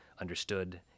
understood